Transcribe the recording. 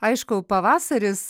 aišku pavasaris